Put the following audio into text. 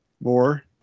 more